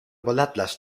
balletles